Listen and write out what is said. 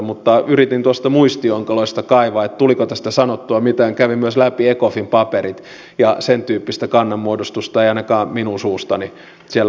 mutta yritin muistionkaloista kaivaa tuliko tästä sanottua mitään ja kävin läpi myös ecofin paperit ja sen tyyppistä kannanmuodostusta ei ainakaan minun suustani siellä ulos tullut